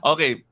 Okay